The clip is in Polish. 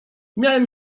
miałem